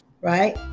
right